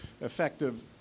effective